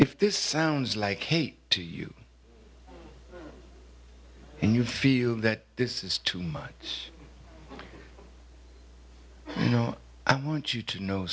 if this sounds like hate to you and you feel that this is too much you know i want you to know